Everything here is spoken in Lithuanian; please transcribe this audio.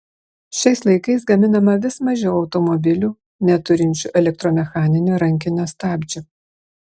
šiais laikais gaminama vis mažiau automobilių neturinčių elektromechaninio rankinio stabdžio